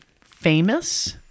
famous